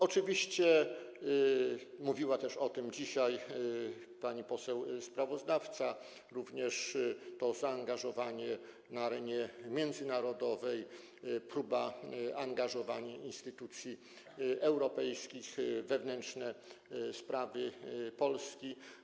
Oczywiście, mówiła o tym dzisiaj pani poseł sprawozdawca, to także zaangażowanie na arenie międzynarodowej, próba angażowaniu instytucji europejskich w wewnętrzne sprawy Polski.